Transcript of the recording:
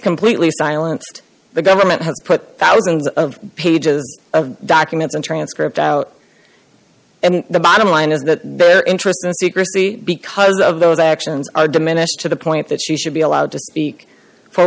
completely silent the government has put thousands of pages of documents and transcript out and the bottom line is that their interest in secrecy because of those actions are diminished to the point that she should be allowed to speak for